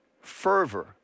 fervor